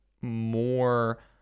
more